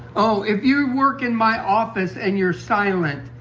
ah if you work in my office and you're silent.